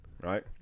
right